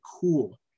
cool